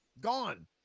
gone